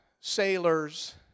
sailors